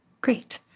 Great